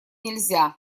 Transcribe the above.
нельзя